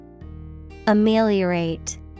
Ameliorate